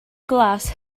glas